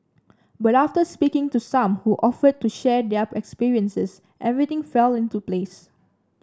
but after speaking to some who offered to share their experiences everything fell into place